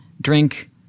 drink